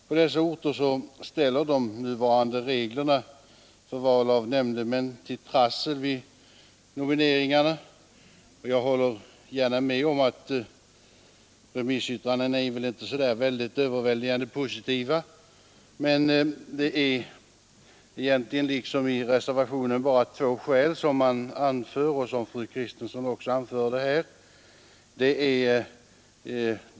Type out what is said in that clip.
På dessa orter ställer de nuvarande reglerna för val av nämndemän till trassel vid nomineringen. Jag håller gärna med om att remissyttrandena inte är så överväldigande positiva, men det är egentligen — liksom i reservationen — bara två skäl som man anför. Fru Kristensson anförde dem också här.